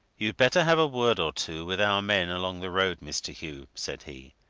you'd better have a word or two with our men along the road, mr. hugh, said he.